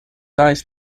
eyes